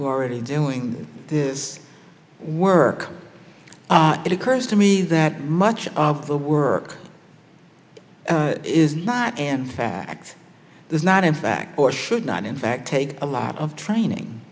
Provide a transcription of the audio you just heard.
who are already doing this work it occurs to me that much of the work is not an fact there's not in fact or should not in fact take a lot of training